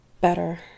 better